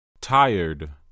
tired